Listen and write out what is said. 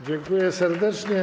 Dziękuję serdecznie.